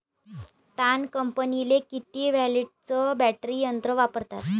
तन कापनीले किती व्होल्टचं बॅटरी यंत्र वापरतात?